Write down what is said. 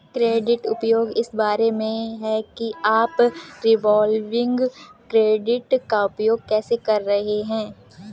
credit उपयोग इस बारे में है कि आप रिवॉल्विंग क्रेडिट का उपयोग कैसे कर रहे हैं